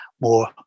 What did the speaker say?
more